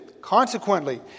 Consequently